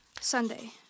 Sunday